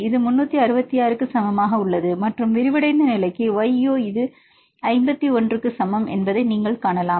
இது 366 சமமாக உள்ளது மற்றும் விரிவடைந்த நிலைக்கு y u இது 51 க்கு சமம் என்பதை நீங்கள் காணலாம்